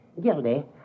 Gildy